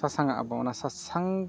ᱥᱟᱥᱟᱝᱟᱜ ᱟᱵᱚ ᱚᱱᱟ ᱥᱟᱥᱟᱝ